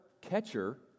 catcher